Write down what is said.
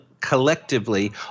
collectively